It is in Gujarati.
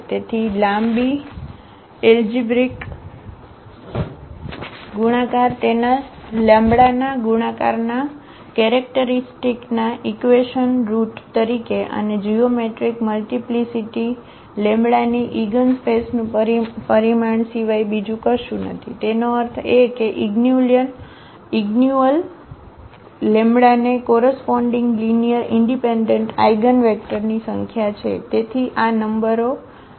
તેથી લાંબીના એલજેબ્રિક ગુણાકાર તેના લામ્બડાના ગુણાકારના કેરેક્ટરિસ્ટિકના ઈક્વેશનઈક્વેશન રુટ તરીકે અને જીઓમેટ્રિક મલ્ટીપ્લીસીટી λની ઇગનસ્પેસનું પરિમાણ સિવાય બીજું કશું નથી તેનો અર્થ એ કે ઇગિન્યુઅલ λ ને કોરસપોન્ડીગ લીનીઅરઇનડિપેન્ડન્ટ આઇગનવેક્ટરની સંખ્યા છે